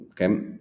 Okay